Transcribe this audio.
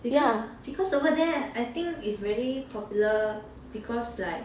because because over there I think it's very popular because like